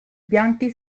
bianchi